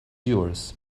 yours